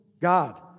God